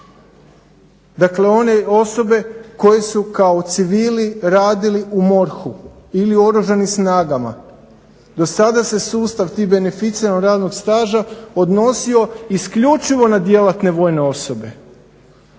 Dakle, one osobe koje su kao civili radili u MORH-u ili u Oružanim snagama. Do sada se sustav tog beneficiranog radnog staža odnosio isključivo na djelatne vojne osobe.